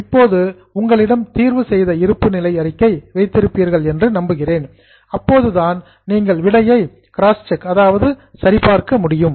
இப்போது நீங்கள் உங்களிடம் தீர்வு செய்த இருப்பு நிலை அறிக்கையை வைத்திருப்பீர்கள் என்று நம்புகிறேன் அப்போதுதான் நீங்கள் விடையை கிராஸ் செக் சரி பார்க்க முடியும்